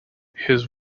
his